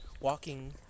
walking